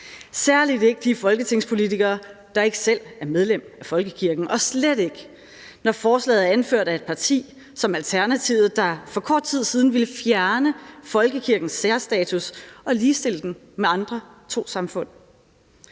særlig ikke de folketingspolitikere, der ikke selv er medlemmer af folkekirken, og slet ikke, når forslaget er anført af et parti som Alternativet, der for kort tid siden ville fjerne folkekirkens særstatus og ligestille den med andre trossamfund.